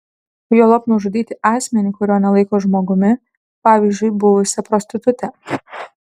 juolab nužudyti asmenį kurio nelaiko žmogumi pavyzdžiui buvusią prostitutę